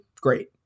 Great